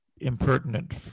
impertinent